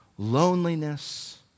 Loneliness